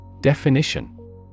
Definition